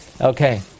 Okay